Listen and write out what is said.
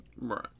Right